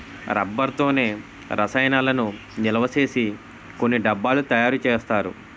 rubber తోనే రసాయనాలను నిలవసేసి కొన్ని డబ్బాలు తయారు చేస్తారు